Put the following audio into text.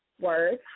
Words